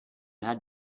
had